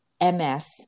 MS